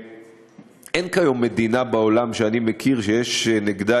אין כיום מדינה בעולם שאני מכיר שיש נגדה